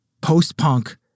post-punk